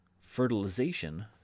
fertilization